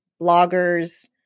bloggers